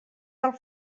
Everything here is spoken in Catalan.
del